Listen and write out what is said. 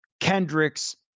Kendrick's